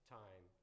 time